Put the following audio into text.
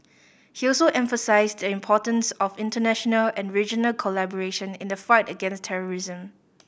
he also emphasised the importance of international and regional collaboration in the fight against terrorism